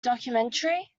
documentary